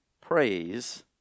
praise